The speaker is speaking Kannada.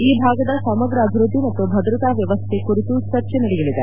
ಈ ಭಾಗದ ಸಮಗ್ರ ಅಭಿವೃದ್ದಿ ಮತ್ತು ಭದ್ರತಾ ವ್ಯವಸ್ಥೆ ಕುರಿತು ಚರ್ಚೆ ನಡೆಯಲಿದೆ